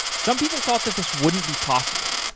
some people thought that this wouldn't be possible.